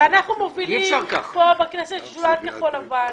ואנחנו מובילים כאן בכנסת שדולת כחול-לבן,